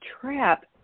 trap